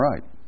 right